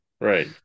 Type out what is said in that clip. Right